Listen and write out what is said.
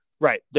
Right